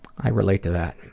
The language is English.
i relate to that.